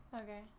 Okay